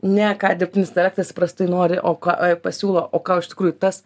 ne ką dirbtinis intelektas įprastai nori o ką pasiūlo o ką iš tikrųjų tas